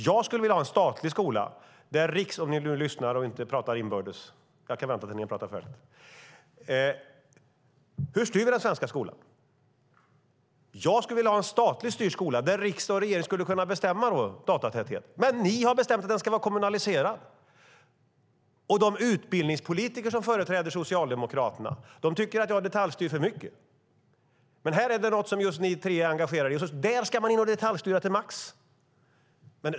Jag skulle vilja ha en statligt styrd skola, där riksdag och regering skulle kunna bestämma om datatäthet. Men ni har bestämt att den ska vara kommunal, och de utbildningspolitiker som företräder Socialdemokraterna tycker att jag detaljstyr för mycket. Men här är det något som ni tre är engagerade i som man ska detaljstyra till max.